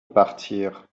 partir